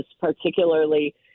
particularly